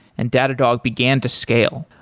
and datadog began to scale.